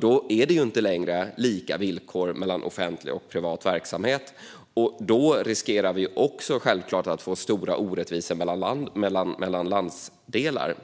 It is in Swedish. Då är det inte längre lika villkor för offentlig och privat verksamhet. Då riskerar vi självklart också att få stora orättvisor mellan landsdelar.